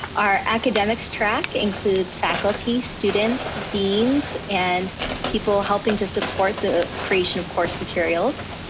our academics track includes faculty, students, deans, and people helping to support the creation of course materials.